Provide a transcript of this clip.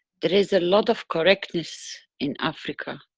there is a lot of correctness in africa.